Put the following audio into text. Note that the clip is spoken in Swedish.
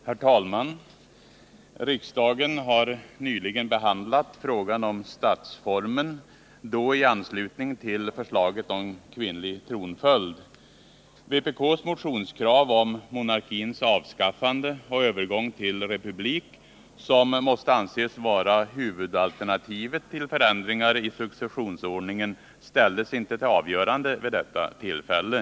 Herr talman! Riksdagen har nyligen behandlat frågan om statsformen, då i anslutning till behandlingen av förslaget om kvinnlig tronföljd. Vpk:s motionskrav på monarkins avskaffande och på övergång till republik — som måste anses vara huvudalternativet till förändringar i successionsordningen — blev inte föremål för avgörande vid det tillfället.